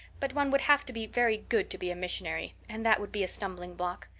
but one would have to be very good to be a missionary, and that would be a stumbling block.